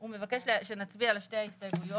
הוא מבקש שנצביע על שתי ההסתייגויות.